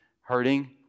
hurting